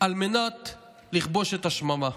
על מנת לכבוש את השממה.